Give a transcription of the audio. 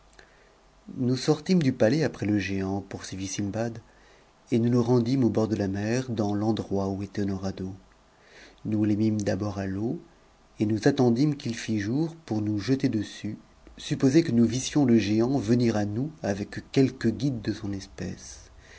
nous sortîmes du palais après le géant poursuivit sindbad et nous nous rendîmes au bord de la mer dans l'endroit où étaient nos radeaux nous tes mimes d'abord à l'eau et nous attendîmes qu'il fit jour pour nous jeter dessus supposé que nous vissions le géant venir à nousim'f quelque guide de son espèce